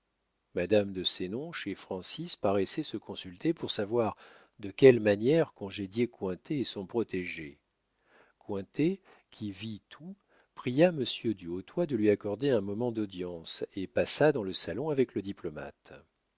madame de sénonches et francis paraissaient se consulter pour savoir de quelle manière congédier cointet et son protégé cointet qui vit tout pria monsieur du hautoy de lui accorder un moment d'audience et passa dans le salon avec le diplomate